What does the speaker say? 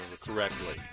correctly